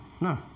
No